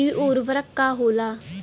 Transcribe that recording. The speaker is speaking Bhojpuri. इ उर्वरक का होला?